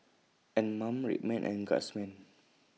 Anmum Red Man and Guardsman